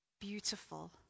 beautiful